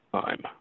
time